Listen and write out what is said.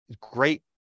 great